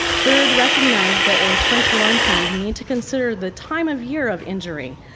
third, recognize that the return to learn plans need to consider the time of year of injury.